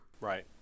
right